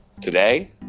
Today